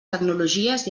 tecnologies